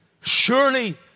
Surely